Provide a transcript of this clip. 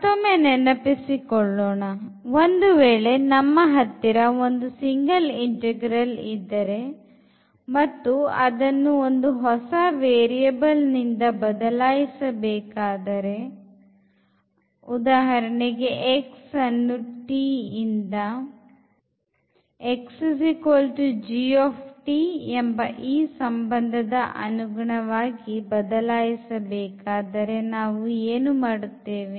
ಮತ್ತೊಮ್ಮೆ ನೆನಪಿಸಿಕೊಳ್ಳೋಣ ಒಂದು ವೇಳೆ ನಮ್ಮ ಹತ್ತಿರ ಒಂದು single integral ಇದ್ದರೆ ಮತ್ತು ಅದನ್ನು ಒಂದು ಹೊಸ ವೇರಿಯಬಲ್ ನಿಂದ ಬದಲಾಯಿಸಬೇಕಾದರೆ ಉದಾಹರಣೆಗೆ x ಅನ್ನು t ಇಂದ ಎಂಬ ಈ ಸಂಬಂಧದ ಅನುಗುಣವಾಗಿ ಬದಲಾಯಿಸಬೇಕಾದರೆ ನಾವು ಏನು ಮಾಡುತ್ತೇವೆ